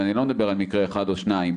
ואני לא מדבר על מקרה אחד או שניים,